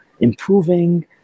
improving